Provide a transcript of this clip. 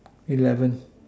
eleven